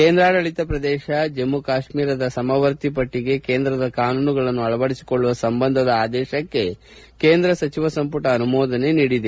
ಕೇಂದ್ರಾಡಳಿತ ಪ್ರದೇಶ ಜಮ್ಮ ಕಾಶ್ಮೀರದ ಸಮವರ್ತಿ ಪಟ್ಟಿಗೆ ಕೇಂದ್ರದ ಕಾನೂನುಗಳನ್ನು ಅಳವಡಿಸಿಕೊಳ್ಳುವ ಸಂಬಂಧದ ಆದೇಶಕ್ಕೆ ಕೇಂದ್ರ ಸಚಿವ ಸಂಪುಟ ಅನುಮೋದನೆ ನೀಡಿದೆ